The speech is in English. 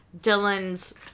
dylan's